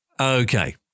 Okay